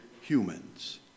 humans